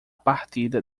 partida